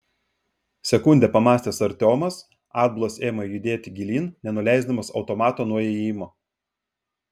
sekundę pamąstęs artiomas atbulas ėmė judėti gilyn nenuleisdamas automato nuo įėjimo